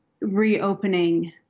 reopening